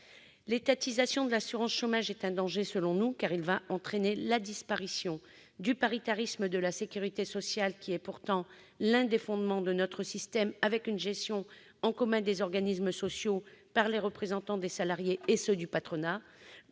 L'étatisation de l'assurance chômage est, selon nous, un danger, car elle va entraîner la disparition du paritarisme de la sécurité sociale, qui est pourtant l'un des fondements de notre système avec une gestion en commun des organismes sociaux par les représentants des salariés et ceux du patronat,